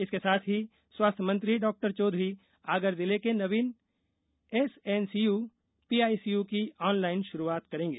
इसके साथ ही स्वास्थ्य मंत्री डॉ चौधरी आगर जिले के नवीन एसएनसीयू पीआईसीयू की ऑनलाइन शुरूआत करेंगे